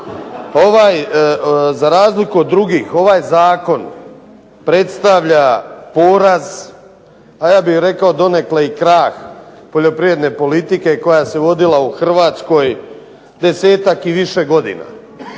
Za razliku od drugih ovaj zakon predstavlja poraz, a ja bih rekao donekle i krah poljoprivredne politike koja se vodila u Hrvatskoj 10-ak i više godina.